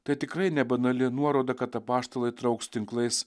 tai tikrai nebanali nuoroda kad apaštalai trauks tinklais